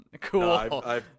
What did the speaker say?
Cool